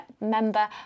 member